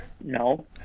No